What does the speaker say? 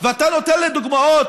ואתה נותן לי דוגמאות.